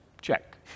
Check